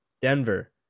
denver